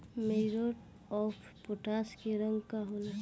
Muriate of potash के रंग का होला?